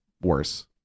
worse